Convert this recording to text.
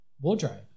wardrobe